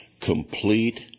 complete